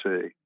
see